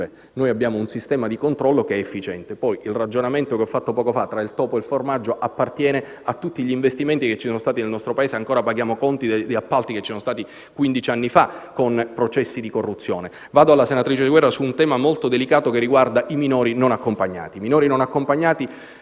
Noi abbiamo un sistema di controllo efficiente. Poi, il ragionamento che ho fatto poco fa, del topo e del formaggio, appartiene a tutti gli investimenti che ci sono stati nel nostro Paese. Noi ancora paghiamo i conti di appalti che ci sono stati quindici anni fa, con processi di corruzione. Rispondo alla senatrice Guerra sul tema molto delicato dei minori non accompagnati.